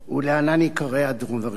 ולהלן עיקרי הדברים: